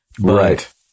Right